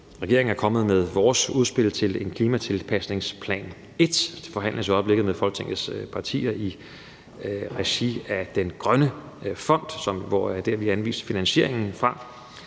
regeringen jo er kommet med vores udspil til en klimatilpasningsplan, klimatilpasningsplan 1. Det forhandles i øjeblikket med Folketingets partier i regi af den grønne fond, som er der, vi anviser finansieringen fra.